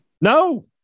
No